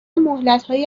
مهلتهای